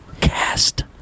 Cast